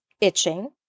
itching